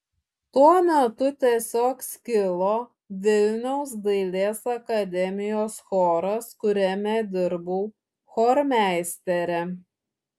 tuo metu tiesiog skilo vilniaus dailės akademijos choras kuriame dirbau chormeistere